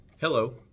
Hello